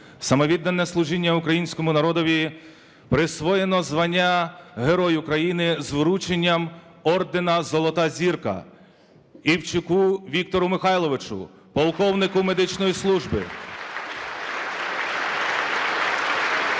самовіддане служіння українському народові присвоєно звання Герой України з врученням ордена "Золота зірка": Івчуку Віктору Михайловичу, полковнику медичної служби (Оплески)